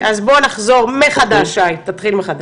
אז בוא נחזור מחדש שי, תתחיל מחדש,